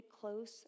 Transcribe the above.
close